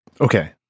okay